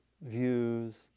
views